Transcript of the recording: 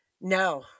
No